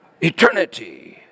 Eternity